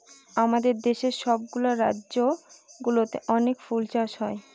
আমাদের দেশের সব গুলা রাজ্য গুলোতে অনেক ফুল চাষ হয়